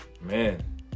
Man